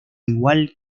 igual